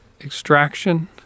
extraction